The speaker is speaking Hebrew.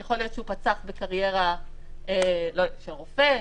יכול להיות שהוא פצח בקריירה של רופא,